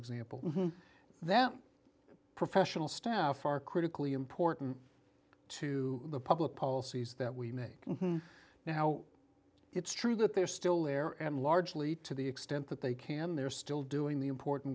example them professional staff are critically important to the public policies that we make now it's true that they're still there and largely to the extent that they can they're still doing the important